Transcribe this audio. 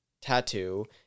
tattoo